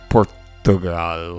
Portugal